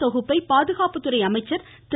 தொகுப்பை பாதுகாப்புத்துறை அமைச்சர் திரு